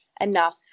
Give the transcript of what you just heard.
enough